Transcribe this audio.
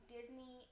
Disney